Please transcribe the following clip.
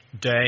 day